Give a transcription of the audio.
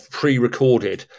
pre-recorded